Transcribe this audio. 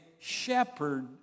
shepherd